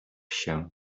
się